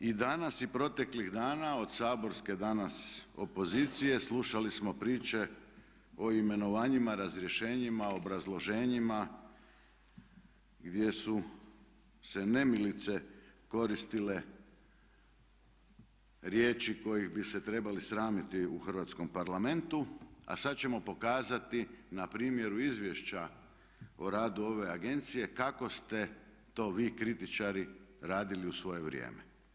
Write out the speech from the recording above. I danas i proteklih dana od saborske danas opozicije slušali smo priče o imenovanjima, razrješenjima, obrazloženjima gdje su se nemilice koristile riječi kojih bi se trebali sramiti u hrvatskom Parlamentu, a sad ćemo pokazati na primjeru izvješća o radu ove agencije kako ste vi to kritičari radili u svoje vrijeme.